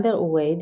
אמבר ו-וייד,